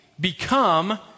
become